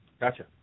Gotcha